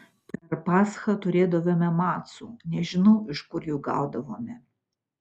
per paschą turėdavome macų nežinau iš kur jų gaudavome